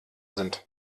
sind